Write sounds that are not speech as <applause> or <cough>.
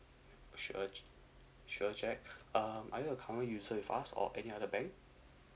should I ch~ should I check <breath> um are you a common user with us or any other bank